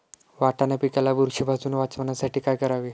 वाटाणा पिकाला बुरशीपासून वाचवण्यासाठी काय करावे?